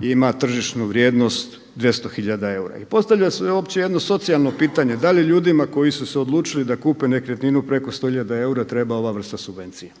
ima tržišnu vrijednost 200 hiljada eura. I postavlja se uopće jedno socijalno pitanje, da li ljudima koji su se odlučili da kupe nekretninu preko 100 hiljada eura treba ova vrsta subvencije?